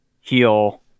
heal